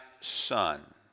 son